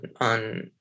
on